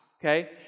Okay